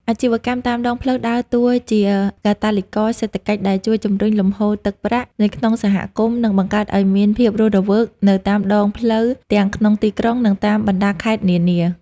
អាជីវកម្មតាមដងផ្លូវដើរតួជាកាតាលីករសេដ្ឋកិច្ចដែលជួយជម្រុញលំហូរទឹកប្រាក់នៅក្នុងសហគមន៍ និងបង្កើតឱ្យមានភាពរស់រវើកនៅតាមដងផ្លូវទាំងក្នុងទីក្រុង និងតាមបណ្ដាខេត្តនានា។